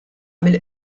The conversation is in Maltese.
mill